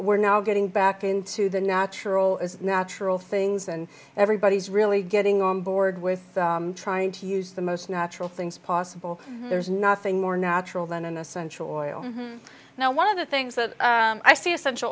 we're now getting back into the natural is natural things and everybody's really getting on board with trying to use the most natural things possible there's nothing more natural than an essential oil now one of the things that i see essential